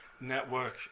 network